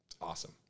awesome